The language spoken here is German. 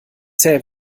zäh